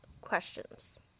questions